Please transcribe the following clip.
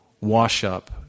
wash-up